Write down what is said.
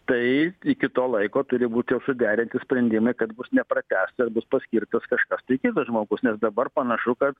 tai iki to laiko turi būti jau suderinti sprendimai kad bus nepratęsta ir bus paskirtos kažkas tai kitas žmogus nes dabar panašu kad